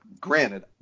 granted